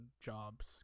jobs